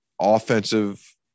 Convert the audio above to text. offensive